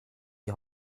die